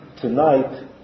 tonight